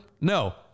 No